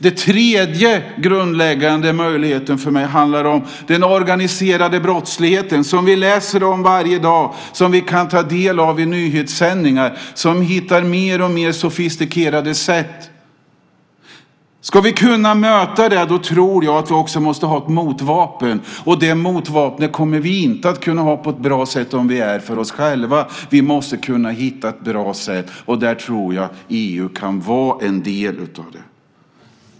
Den tredje grundläggande möjligheten handlar om den organiserade brottsligheten, som vi läser om varje dag, som vi kan ta del av i nyhetssändningar, som hittar mer och mer sofistikerade sätt. Ska vi kunna möta det tror jag att vi måste ha ett motvapen, och det motvapnet kommer vi inte att kunna ha på ett bra sätt om vi är för oss själva. Vi måste hitta ett bra sätt, och där tror jag att EU kan vara en del.